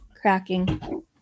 cracking